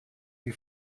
die